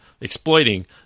exploiting